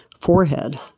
forehead